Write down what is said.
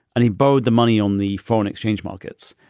and he borrowed the money on the foreign exchange markets.